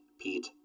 Pete